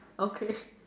okay